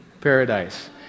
paradise